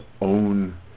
own